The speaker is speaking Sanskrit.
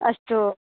अस्तु